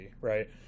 right